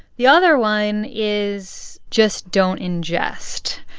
the other one is just don't ingest.